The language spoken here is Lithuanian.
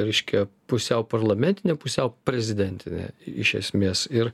reiškia pusiau parlamentinė pusiau prezidentinė iš esmės ir